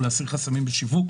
להסיר חסמים בשיווק,